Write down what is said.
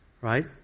Right